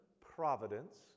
providence